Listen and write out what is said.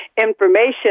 information